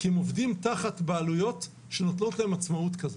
כי הם עובדים תחת בעלויות שנותנות להם עצמאות כזאת.